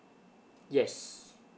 yes